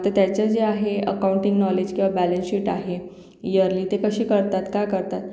तर त्याचे जे आहे अकाऊंटिंग नॉलेज किंवा बॅलन्स शीट आहे इअरली ते पल शिकळतात का करतात